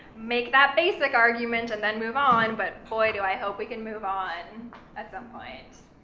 make that basic argument, and then move on, but boy, do i hope we can move on at some point.